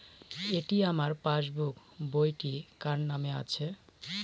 এটি আমার পাসবুক বইটি কার নামে আছে?